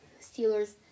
Steelers